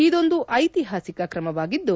ಇದೊಂದು ಐತಿಹಾಸಿಕ ಕ್ರಮವಾಗಿದ್ದು